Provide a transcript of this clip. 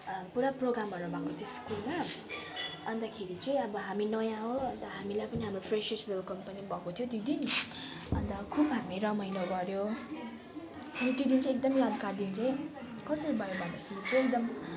पुरा प्रोगामहरू भएको थियो स्कुलमा अन्तखेरि चाहिँ अब हामी नयाँ हो अन्त हामीलाई पनि हाम्रो फ्रेसेस वेलकम पनि भएको थियो त्यो दिन अन्त खुब हामी रमाइलो गऱ्यो अनि त्यो दिन चाहिँ एकदमै यादगार दिन चाहिँ कसरी भयो भन्दाखेरि चाहिँ एकदम